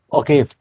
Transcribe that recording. okay